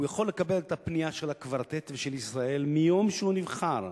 הוא יכול לקבל את הפנייה של הקוורטט ושל ישראל מיום שהוא נבחר,